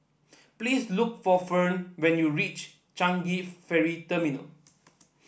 please look for Ferne when you reach Changi Ferry Terminal